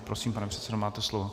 Prosím, pane předsedo, máte slovo.